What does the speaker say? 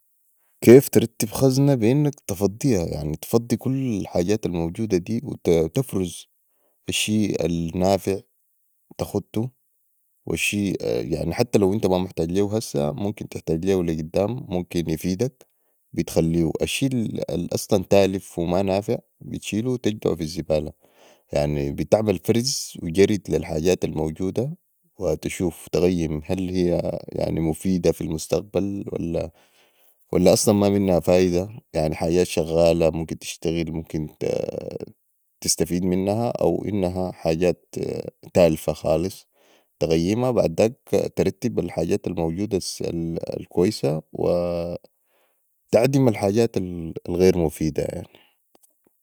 كيف ترتب خزنه بي انك تفضيها يعني تفضي كل الحجات الموجودة دي وتفرز الشي النافع تختو والشي يعني حتي لو أنت مامحتاج ليهو هسع ممكن تحتاج ليهو لي قدام ممكن فيدك بتخليهو الشئ الاصلا تالف ومانافع بتشيلوبتجدعو في الزباله يعني بتعمل فرز وجرد لي الحجات الموجودة وتشوف تقيم هل هيا مفيدة في المستقبل ولاصلا ما منها فائده يعني الحجات شغاله ممكن تشتغل ممكن تستفيد منها او انها حجات تالفه خالص تقيما بعداك ترتب الحجات الموجودة الكويسه وتعدم الحجات الغير مفيده